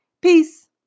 peace